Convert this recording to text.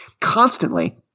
constantly